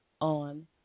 on